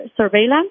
surveillance